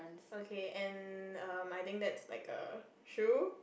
okay and err I think that's like a shoe